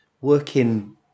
working